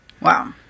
Wow